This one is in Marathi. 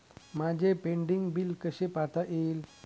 माझे पेंडींग बिल कसे पाहता येईल?